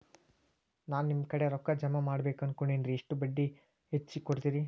ನಾ ನಿಮ್ಮ ಕಡೆ ರೊಕ್ಕ ಜಮಾ ಮಾಡಬೇಕು ಅನ್ಕೊಂಡೆನ್ರಿ, ಎಷ್ಟು ಬಡ್ಡಿ ಹಚ್ಚಿಕೊಡುತ್ತೇರಿ?